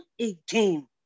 again